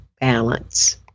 balance